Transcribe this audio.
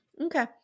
Okay